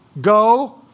go